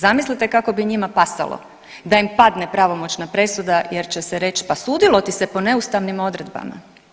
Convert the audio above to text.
Zamislite kako bi njima pasalo da im padne pravomoćna presuda jer će se reći pa sudilo ti se po neustavnim odredbama.